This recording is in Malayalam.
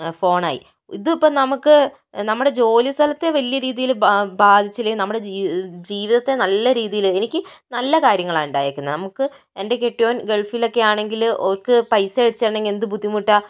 ഫോണായി ഇത് ഇപ്പം നമുക്ക് നമ്മുടെ ജോലി സ്ഥലത്ത് വലിയ രീതിയില് ബാധിച്ചില്ലേ നമ്മുടെ ജീവിതത്തെ നല്ല രീതിയില് എനിക്ക് നല്ല കാര്യങ്ങളാണ് ഉണ്ടായേക്കുന്നത് നമുക്ക് എൻ്റെ കെട്ടിയോൻ ഗൾഫിലൊക്കെ ആണെങ്കില് ഓർക്ക് പൈസ അയച്ചു തരണമെങ്കില് എന്ത് ബുദ്ധിമുട്ടാ